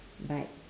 but